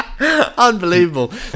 unbelievable